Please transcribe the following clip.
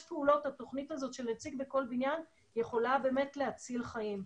התוכנית הזאת של נציג בכל בניין יכולה באמת להציל חיים.